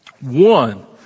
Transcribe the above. One